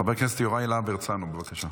חבר הכנסת יוראי להב הרצנו, בבקשה.